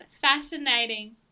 fascinating